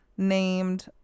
Named